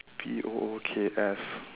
B O O K S